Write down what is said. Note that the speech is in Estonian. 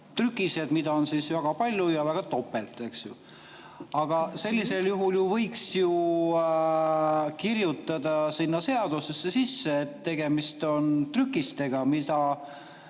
trükised, mida on väga palju või topelt, eks ju. Aga sellisel juhul võiks ju kirjutada seadusesse sisse, et tegemist on trükistega, mida